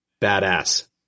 Badass